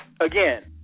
again